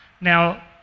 Now